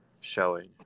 showing